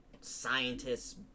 scientists